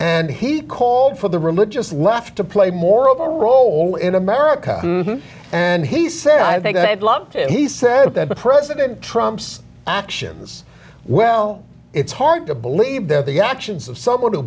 and he called for the religious left to play more of a role in america and he said i think i had lunch and he said that president trump's actions well it's hard to believe that the actions of someone who